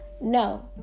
No